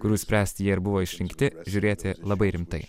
kurių spręsti jie ir buvo išrinkti žiūrėti labai rimtai